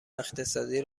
اقتصادی